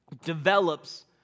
develops